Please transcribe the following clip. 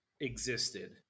existed